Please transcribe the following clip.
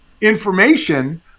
information